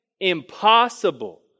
impossible